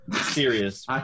Serious